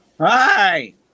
Hi